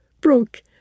broke